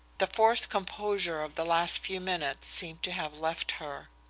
the forced composure of the last few minutes seemed to have left her.